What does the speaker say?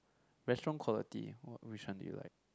restaurant quality which one do you like